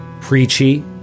preachy